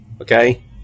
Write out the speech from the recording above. okay